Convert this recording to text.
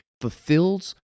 fulfills